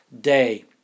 day